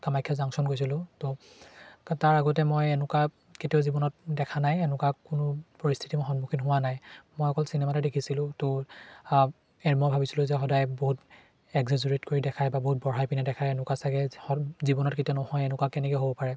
Kamakhya junction গৈছিলোঁ তো তাৰ আগতে মই এনেকুৱা কেতিয়াও জীৱনত দেখা নাই এনেকুৱা কোনো পৰিস্থিতি মই সন্মুখীন হোৱা নাই মই অকল চিনেমাতহে দেখিছিলোঁ তো এই মই ভাবিছিলোঁ যে সদায় বহুত এক্সেজৰিট কৰি দেখাই বা বহুত বঢ়াই পিনে দেখাই এনেকুৱা চাগে জীৱনত কেতিয়াও নহয় এনেকুৱা কেনেকৈ হ'ব পাৰে